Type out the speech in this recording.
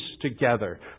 together